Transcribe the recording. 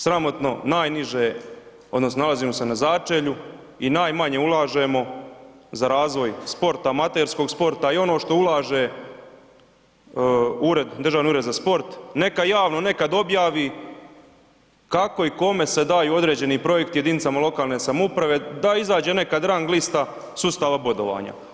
Sramotno najniže odnosno nalazimo se na začelju i najmanje ulažemo za razvoj sporta, amaterskog sporta i ono što ulaže ured, državni ured za sport neka javno nekad objavi kako i kome se daju određeni projekti jedinicama lokalne samouprave da izađe nekad rang lista sustava bodovanja.